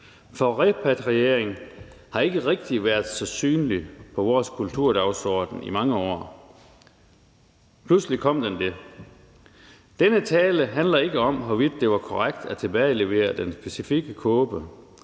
For repatriering har ikke rigtig været så synligt på vores kulturdagsorden i mange år. Pludselig blev den det. Denne tale handler ikke om, hvorvidt det var korrekt at tilbagelevere den specifikke kåbe.